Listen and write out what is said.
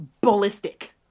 ballistic